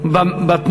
הדרו.